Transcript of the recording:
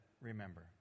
Remember